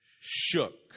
shook